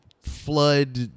flood